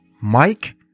Mike